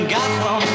Gotham